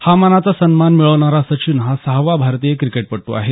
हा मानाचा सन्मान मिळवणारा सचिन हा सहावा भारतीय क्रिकेटपटू आहे